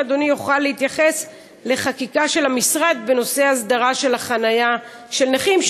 האם אדוני יוכל להתייחס לחקיקה של המשרד בנושא הסדרה של החניה של נכים,